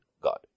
God